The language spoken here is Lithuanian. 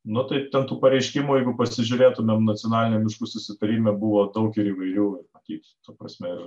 nu tai ten tų pareiškimo jeigu pasižiūrėtumėm nacionaliniam miškų susitarime buvo daug ir įvairių sakyti ta prasme